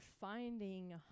finding